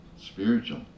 spiritual